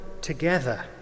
together